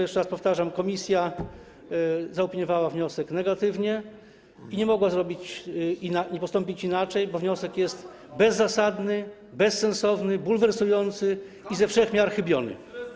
Jeszcze raz, powtarzam: komisja zaopiniowała wniosek negatywnie i nie mogła postąpić inaczej, bo wniosek jest bezzasadny, bezsensowny, bulwersujący i ze wszech miar chybiony.